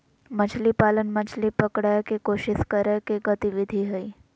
मछली पालन, मछली पकड़य के कोशिश करय के गतिविधि हइ